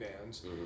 bands